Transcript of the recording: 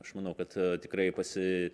aš manau kad tikrai pasi